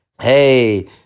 hey